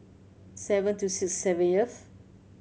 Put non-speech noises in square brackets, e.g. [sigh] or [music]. seven two six [unintelligible]